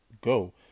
go